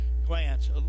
glance